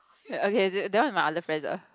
okay that that one is my other friends ah